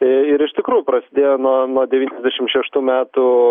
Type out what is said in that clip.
ir iš tikrųjų prasidėjo nuo nuo devyniasdešimt šeštų metų